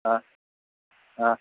ಹಾಂ ಹಾಂ